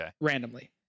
randomly